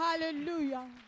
Hallelujah